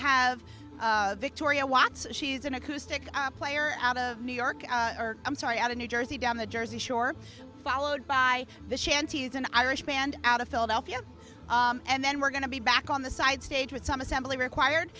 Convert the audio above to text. have victoria watts she's an acoustic player out of new york i'm sorry out of new jersey down the jersey shore followed by the shanties an irish band out of philadelphia and then we're going to be back on the side stage with some assembly required